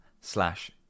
slash